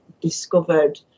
discovered